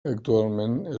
actualment